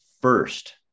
first